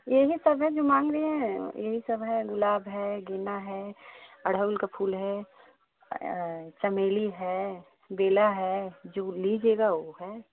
यही सब है जो मांग रही हैं यही सब है गुलाब है गेंदा है अढ़हूल का फूल है चमेली है बेला है जो लीजिएगा वो है